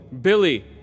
Billy